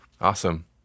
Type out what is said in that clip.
Awesome